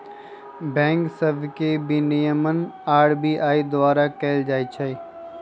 bank सभ के विनियमन आर.बी.आई द्वारा कएल जाइ छइ